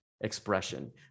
expression